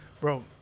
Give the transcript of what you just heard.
Bro